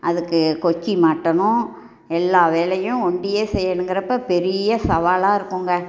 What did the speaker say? அதுக்கு கொக்கி மாட்டணும் எல்லா வேலேயும் ஒண்டியே செய்யணுங்குறப்ப பெரிய சவாலாக இருக்குங்க